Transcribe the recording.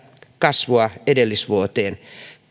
kasvua edellisvuoteen